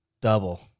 double